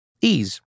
Ease